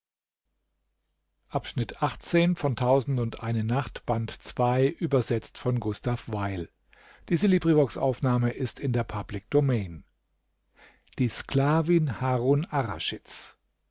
die sklavin auf